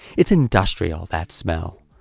it's industrial, that smell.